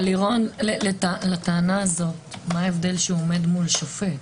אבל לטענה הזאת מה ההבדל שעומד מול שופט?